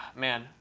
man,